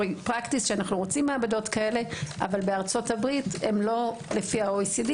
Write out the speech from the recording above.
אי אפשר לעשות את זה בארצות הברית או בשום ארץ אחרת.